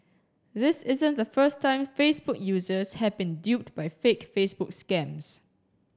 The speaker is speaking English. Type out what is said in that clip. this isn't the first time Facebook users have been duped by fake Facebook scams